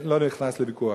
לא נכנס לוויכוח.